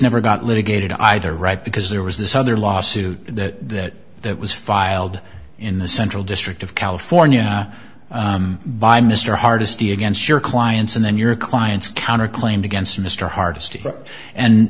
never got litigated either right because there was this other lawsuit that that was filed in the central district of california by mr hardisty against your clients and then your clients counter claims against mr hardisty and